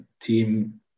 team